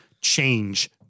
change